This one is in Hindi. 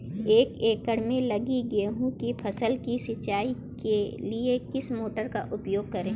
एक एकड़ में लगी गेहूँ की फसल की सिंचाई के लिए किस मोटर का उपयोग करें?